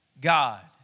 God